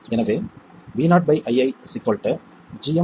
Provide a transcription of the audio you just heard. எனவே voiiRsgmRLRsRsRmRL